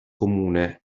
comune